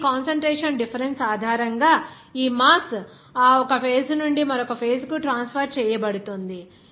ఇప్పుడు ఈ concentration difference ఆధారంగా ఈ మాస్ ఆ ఒక ఫేజ్ నుండి మరొక ఫేజ్ కు ట్రాన్స్ఫర్ చేయబడుతుంది